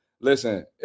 Listen